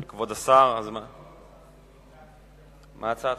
כבוד השר, מה הצעתך?